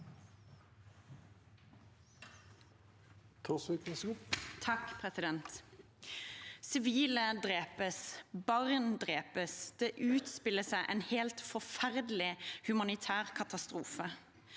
Sivile drepes. Barn drepes. Det utspiller seg en helt forferdelig humanitær katastrofe.